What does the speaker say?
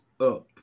up